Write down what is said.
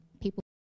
people